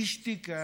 ושתיקה.